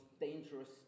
dangerous